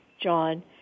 John